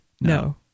No